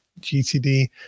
gtd